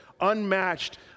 unmatched